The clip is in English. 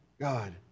God